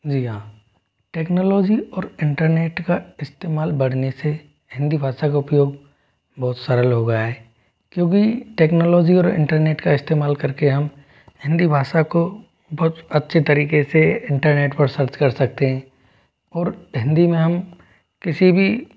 जी हाँ टेक्नोलॉजी और इंटरनेट का इस्तेमाल बढ़ने से हिंदी भाषा का उपयोग बहुत सरल हो गया है क्योंकि टेक्नोलॉजी और इंटरनेट का इस्तेमाल करके हम हिंदी भाषा को बहुत अच्छे तरीके से इंटरनेट पर सर्च कर सकते हैं और हिंदी में हम किसी भी